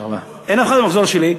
אין אף אחד מהמחזור שלי,